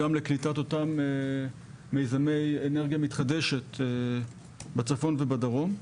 גם לקליטת אותם מיזמי אנרגיה מתחדשת בצפון ובדרום.